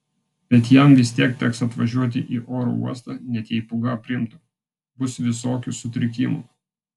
bet jam vis tiek teks atvažiuoti į oro uostą net jei pūga aprimtų bus visokių sutrikimų